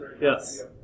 Yes